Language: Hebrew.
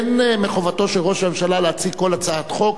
אין מחובתו של ראש הממשלה להציג כל הצעת חוק.